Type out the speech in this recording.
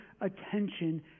attention